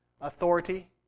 authority